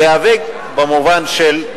להיאבק במובן של,